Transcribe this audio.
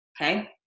Okay